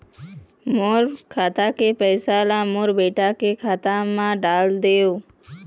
मोर खाता के पैसा ला मोर बेटा के खाता मा डाल देव?